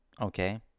Okay